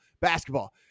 basketball